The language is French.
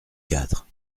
quatre